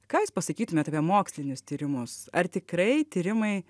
ką jūs pasakytumėt apie mokslinius tyrimus ar tikrai tyrimai